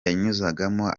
yanyuzagamo